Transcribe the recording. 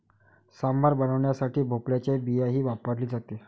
सांबार बनवण्यासाठी भोपळ्याची बियाही वापरली जाते